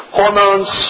hormones